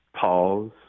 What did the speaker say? Pause